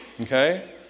okay